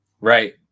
right